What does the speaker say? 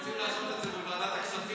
אנחנו רוצים לעשות את זה בוועדת הכספים,